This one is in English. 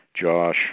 Josh –